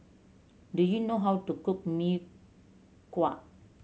do you know how to cook Mee Kuah